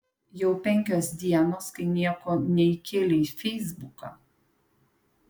jau penkios dienos kai nieko neįkėlei į feisbuką